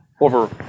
over